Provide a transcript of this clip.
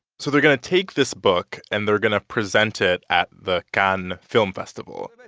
so they're going to take this book, and they're going to present it at the cannes film festival.